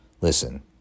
listen